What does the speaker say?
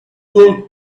their